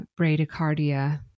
bradycardia